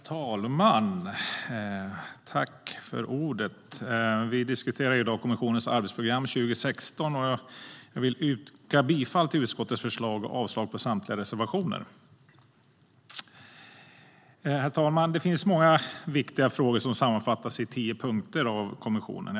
Herr talman! Vi diskuterar i dag kommissionens arbetsprogram 2016. Jag vill yrka bifall till utskottets förslag och avslag på samtliga reservationer. Herr talman! Det finns många viktiga frågor som sammanfattas i tio punkter av kommissionen.